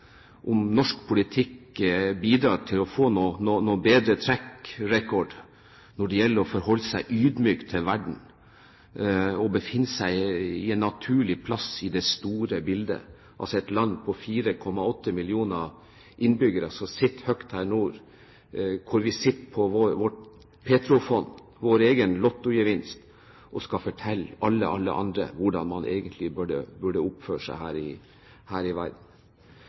om norsk politikk bidrar til å få noen bedre track record når det gjelder å forholde seg ydmyk til verden og finne seg en naturlig plass i det store bildet – et land med 4,8 millioner innbyggere som sitter høyt her nord. Vi sitter på vårt petroleumsfond, vår egen lottogevinst, og skal fortelle alle andre hvordan man egentlig burde oppføre seg her i verden. Jeg er glad for at utenriksministeren i